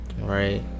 Right